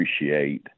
appreciate